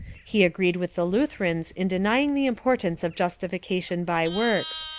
he agreed with the lutherans in denying the im portance of justification by works,